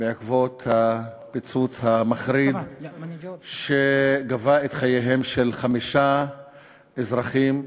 בעקבות הפיצוץ המחריד שגבה את חייהם של חמישה אזרחים,